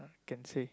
can say